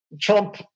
Trump